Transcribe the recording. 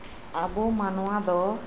ᱟᱵᱩ ᱢᱟᱱᱣᱟ ᱫᱚ